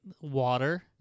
water